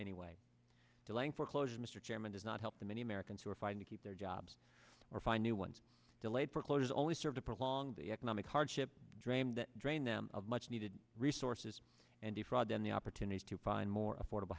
anyway delaying foreclosure mr chairman does not help the many americans who are fighting to keep their jobs or find new ones delayed for closures only serve to prolong the economic hardship dream that drained them of much needed resources and the fraud and the opportunities to find more affordable